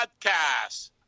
podcast